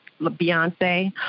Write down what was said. Beyonce